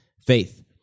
Faith